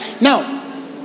Now